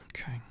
Okay